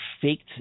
faked